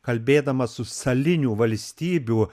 kalbėdamas su salinių valstybių